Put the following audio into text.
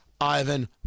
Ivan